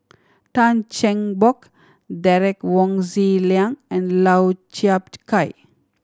Tan Cheng Bock Derek Wong Zi Liang and Lau Chiap Khai